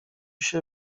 się